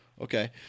Okay